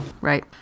Right